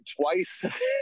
twice